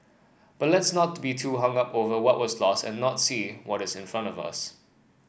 but let's not be too hung up over what was lost and not see what is in front of us